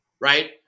right